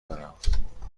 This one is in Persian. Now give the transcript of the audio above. دارم